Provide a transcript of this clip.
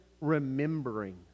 remembering